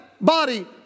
body